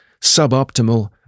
suboptimal